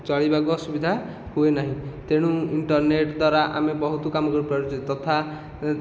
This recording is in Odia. ଚଳିବାକୁ ଅସୁବିଧା ହୁଏନାହିଁ ତେଣୁ ଇଣ୍ଟେରନେଟ ଦ୍ୱାରା ଆମେ ବହୁତ କାମ କରିପାରୁଛେ ତଥା